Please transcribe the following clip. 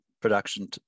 production